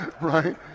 Right